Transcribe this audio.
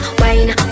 whine